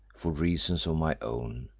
for reasons of my own,